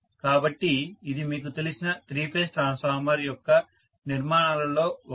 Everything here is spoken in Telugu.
కాబట్టి ఇది మీకు తెలిసిన త్రీ ఫేజ్ ట్రాన్స్ఫార్మర్ యొక్క నిర్మాణాలలో ఒకటి